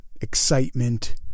excitement